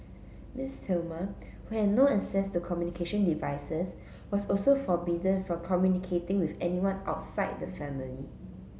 Miss Thelma who had no access to communication devices was also forbidden from communicating with anyone outside the family